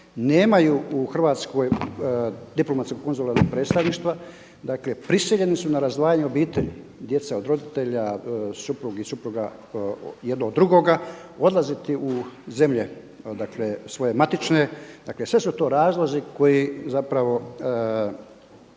nemaju u Hrvatskoj diplomatsko-konzularnog predstavništva dakle prisiljeni su na razdvajanje obitelji, djece od roditelja, suprug i supruga jedno od drugoga odlaziti u zemlje dakle svoje matične. Dakle sve su to razlozi koji zapravo